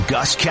Gus